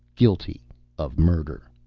guilty of murder.